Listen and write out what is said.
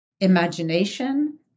imagination